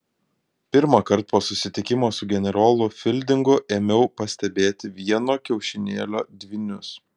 pirmąkart po susitikimo su generolu fildingu ėmiau pastebėti vieno kiaušinėlio dvynius